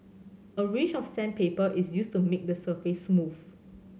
a range of sandpaper is used to make the surface smooth